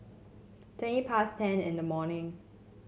twenty past ten in the morning